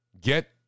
get